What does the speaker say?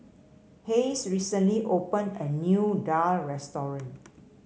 Hayes recently opened a new daal restaurant